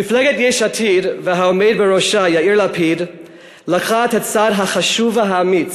מפלגת יש עתיד והעומד בראשה יאיר לפיד לקחו את הצעד החשוב והאמיץ